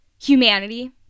humanity